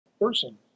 person